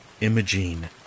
Imogene